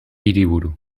hiriburu